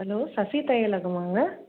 hello Sasi தையலகமாங்க